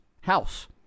House